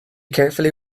carefully